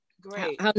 Great